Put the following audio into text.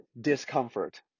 discomfort